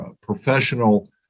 professional